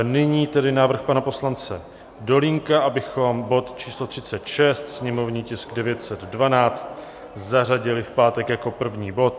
Nyní tedy návrh pana poslance Dolínka, abychom bod číslo 36, sněmovní tisk 912, zařadili v pátek jako první bod.